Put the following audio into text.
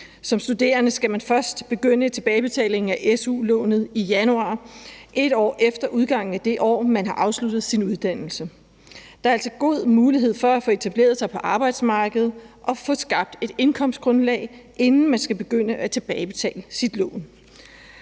Som studerende skal man først begynde tilbagebetalingen af su-lånet i januar et år efter udgangen af det år, man har afsluttet sin uddannelse. Der er altså god mulighed for at få etableret sig på arbejdsmarkedet og få skabt et indkomstgrundlag, inden man skal begynde at tilbagebetale sit lån.